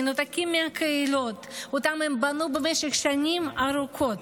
מנותקות מהקהילות שהן בנו במשך שנים ארוכות,